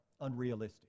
unrealistic